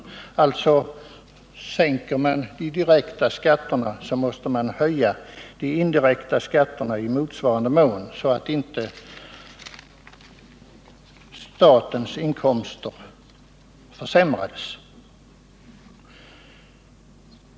Alltså: Sänker man de direkta skatterna måste man höja de indirekta skatterna i motsvarande mån, så att inte statens inkomster försämras.